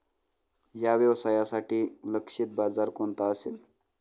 या व्यवसायासाठी लक्षित बाजार कोणता असेल?